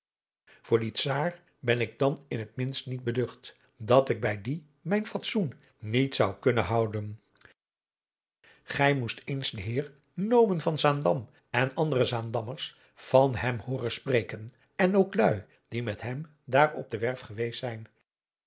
voor dien czaar ben ik dan in het minst niet beducht dat ik bij dien mijn fatzoen niet zou kunnen houden gij moest eens den heer nomen van zaandam en andere zaandammers van hem hooren spreken en ook luî die met hem daar op de werf geweest zijn